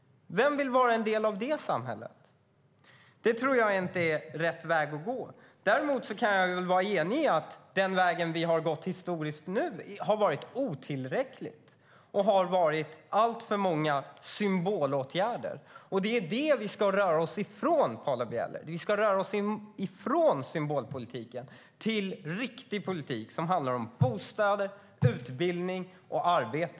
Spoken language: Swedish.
Vem vill vara en del av det samhället? Det är inte rätt väg att gå. Jag kan hålla med om att den väg vi har gått historiskt har varit otillräcklig och kantats av alltför många symbolåtgärder. Det är det vi ska röra oss ifrån, Paula Bieler. Vi ska röra oss ifrån symbolpolitiken mot riktig politik som handlar om bostäder, utbildning och arbete.